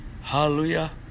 Hallelujah